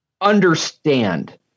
understand